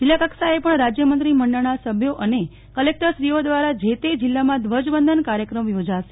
જિલ્લાકક્ષાએ પણ રાજ્યમંત્રી મંડળના સભ્યો અને કલેકટરશ્રીઓ દ્વારા જે તે જિલ્લામાં ધ્વજવંદન કાર્યક્રમ યોજાશે